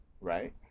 right